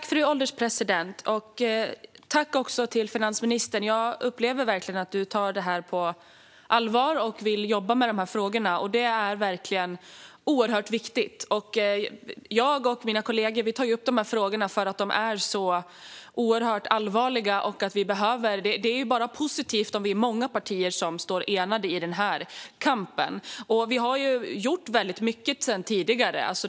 Fru ålderspresident! Jag tackar finansministern - jag upplever att hon verkligen tar detta på allvar och vill jobba med de här frågorna. Det är oerhört viktigt. Jag och mina kollegor tar upp de här frågorna för att de är så oerhört allvarliga. Det är positivt om vi är många partier som står enade i kampen. Vi har gjort väldigt mycket tidigare.